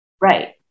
Right